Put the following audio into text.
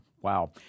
Wow